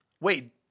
Wait